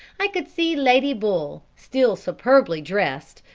i could see lady bull, still superbly dressed,